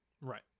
Right